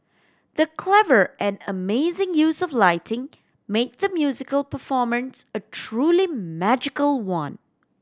the clever and amazing use of lighting made the musical performance a truly magical one